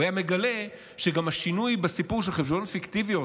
הוא היה מגלה שגם השינוי בסיפור של חשבוניות פיקטיביות,